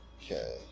Okay